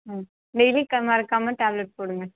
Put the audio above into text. ம் டெய்லி க மறக்காமல் டேப்லெட் போடுங்கள்